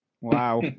Wow